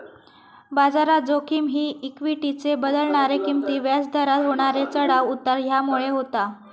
बाजारात जोखिम ही इक्वीटीचे बदलणारे किंमती, व्याज दरात होणारे चढाव उतार ह्यामुळे होता